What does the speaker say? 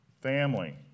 family